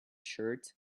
shirt